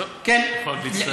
טוב, אני יכול רק להצטער.